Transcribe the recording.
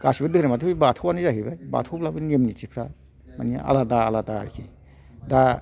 गासैबो धोरोमाथ' बे बाथौआनो जाहैबाय बाथौब्लाबो नेम निथिफ्रा मानि आलादा आलादा आरिखि दा